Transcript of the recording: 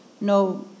no